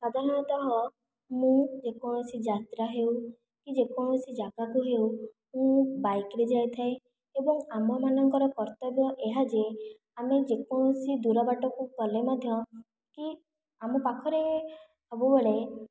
ସାଧାରଣତଃ ମୁଁ ଯେକୌଣସି ଯାତ୍ରା ହେଉ କି ଯେକୌଣସି ଜାଗାକୁ ହେଉ ମୁଁ ବାଇକ୍ରେ ଯାଇଥାଏ ଏବଂ ଆମମାନଙ୍କର କର୍ତ୍ତବ୍ୟ ଏହା ଯେ ଆମେ ଯେକୌଣସି ଦୂର ବାଟକୁ ଗଲେ ମଧ୍ୟ କି ଆମ ପାଖରେ ସବୁବେଳେ